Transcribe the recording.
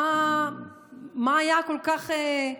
מה היה כל כך,